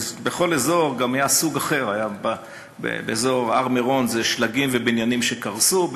בכל אזור היה סוג אחר: באזור הר-מירון זה שלגים ובניינים שקרסו,